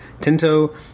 Tinto